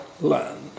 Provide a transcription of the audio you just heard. land